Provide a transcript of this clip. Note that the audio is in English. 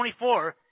24